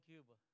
Cuba